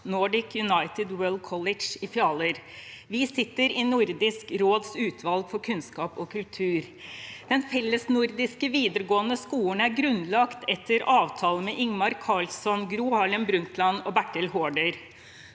Nordic United World College i Fjaler. Vi sitter i Nordisk råds utvalg for kunnskap og kultur. Den fellesnordiske videregående skolen er grunnlagt etter avtale mellom Ingvar Carlsson, Gro Harlem Brundtland og Bertel Haarder.